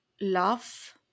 love